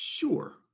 Sure